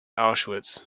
auschwitz